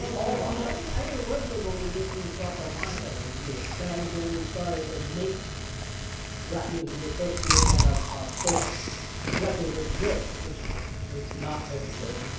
i yeah i think it was weird. but it just didn't cross our minds that it was weird. then i think when we started to make rap music, we first made like, our our first record with rick, which was not very good.